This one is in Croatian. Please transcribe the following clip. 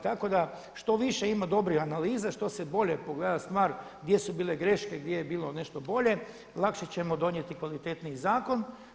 Tako da što više ima dobrih analiza, što se bolje pogleda stvar gdje su bile greške, gdje je bilo nešto bolje lakše ćemo donijeti kvalitetnije zakon.